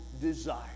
desire